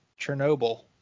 chernobyl